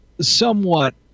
somewhat